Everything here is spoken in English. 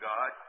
God